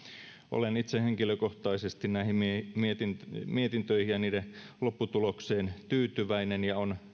olen itse henkilökohtaisesti näihin mietintöihin ja niiden lopputulokseen tyytyväinen ja on